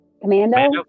Commando